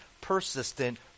persistent